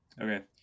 okay